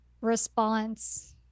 response